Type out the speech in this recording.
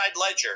ledger